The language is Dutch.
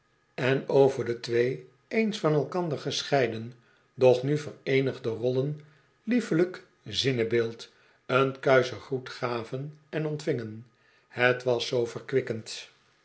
en over de twee eens van elkander gescheiden doch nu vereenigde rollen liefelijk zinnebeeld een kuisenen groet gaven en ontvingen het was zoo verkwikkend